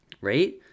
Right